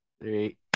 three